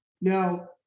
Now